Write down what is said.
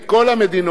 את כל המדינות,